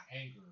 anger